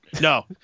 No